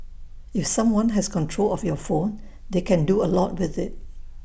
if someone has control of your phone they can do A lot with IT